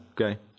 Okay